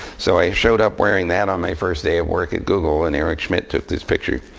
so i showed up wearing that on my first day of work at google. and eric schmidt took this picture.